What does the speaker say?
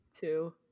two